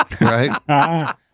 right